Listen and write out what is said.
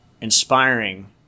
inspiring